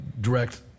direct